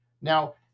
Now